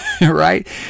right